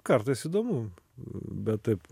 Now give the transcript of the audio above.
kartais įdomu bet taip